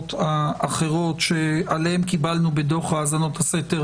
החוקרות האחרות שעליהן קיבלנו בדוח האזנות הסתר